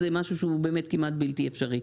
זה משהו שהוא באמת כמעט בלתי אפשרי.